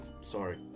Sorry